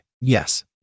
Yes